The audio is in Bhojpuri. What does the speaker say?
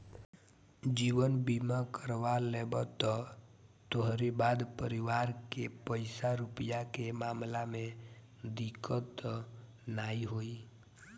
जीवन बीमा करवा लेबअ त तोहरी बाद परिवार के पईसा रूपया के मामला में दिक्कत तअ नाइ होई